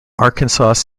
arkansas